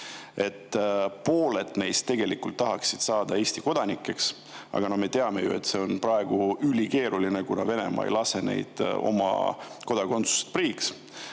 Pooled neist tegelikult tahaksid saada Eesti kodanikeks. Aga me teame ju, et see on praegu ülikeeruline, kuna Venemaa ei lase neid oma kodakondsusest priiks.